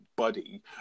Buddy